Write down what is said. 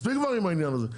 מספיק כבר עם העניין הזה.